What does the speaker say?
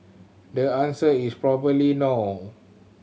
the answer is probably no